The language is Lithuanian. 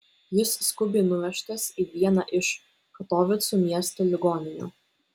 jis skubiai nuvežtas į vieną iš katovicų miesto ligoninių